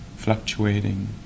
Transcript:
fluctuating